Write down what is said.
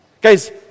Guys